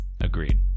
agreed